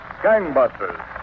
Gangbusters